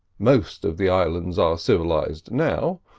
most of the islands are civilised now.